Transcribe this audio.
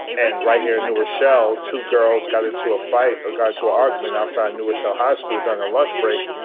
and right here in new rochelle, two girls got into a fight or ah got into a argument outside new rochelle high school during a lunch break.